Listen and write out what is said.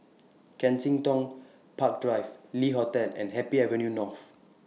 Kensington Park Drive Le Hotel and Happy Avenue North